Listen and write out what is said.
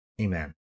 amen